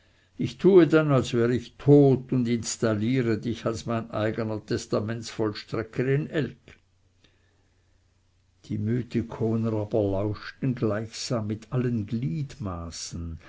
ich tue dann als wär ich tot und installiere dich als mein eigener testamentsvollstrecker in elgg die mythikoner aber lauschten gleichsam mit allen gliedmaßen